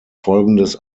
folgendes